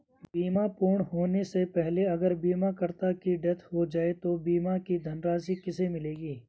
बीमा पूर्ण होने से पहले अगर बीमा करता की डेथ हो जाए तो बीमा की धनराशि किसे मिलेगी?